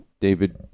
David